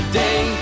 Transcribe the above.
day